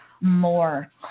more